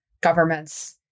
governments